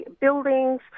buildings